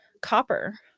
copper